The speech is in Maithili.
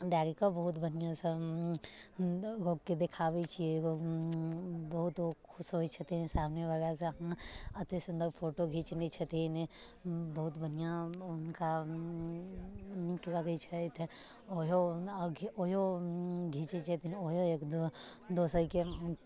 डालि कऽ बहुत बढ़िआँसँ लोककेँ देखाबै छियै बहुत ओ खुश होइ छथिन सामनेवलासँ एतेक सुन्दर फोटो घिचने छथिन बहुत बढ़िआँ हुनका नीक लगै छथि ओहियो ओहियो घिचै छथिन ओहियो एक दो दोसरकेँ